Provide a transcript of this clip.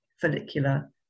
follicular